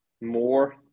more